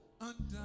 undone